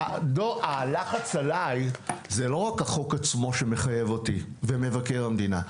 הלחץ עליי זה לא רק החוק עצמו שמחייב אותי ומבקר המדינה.